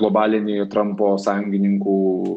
globalinį trumpo sąjungininkų